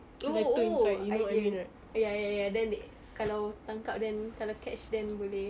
oh oh I know ya ya ya then they kalau tangkap then kalau catch then boleh